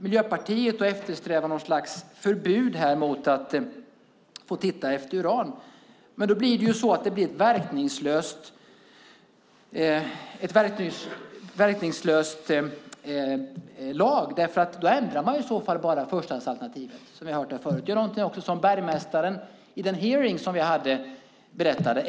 Miljöpartiet eftersträvar något slags förbud mot att få titta efter uran, men då blir det ju en verkningslös lag därför att då ändrar man i så fall bara förstahandsalternativet, som vi har hört förut. Det var någonting som bergmästaren i den hearing vi hade berättade.